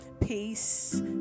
Peace